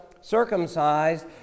circumcised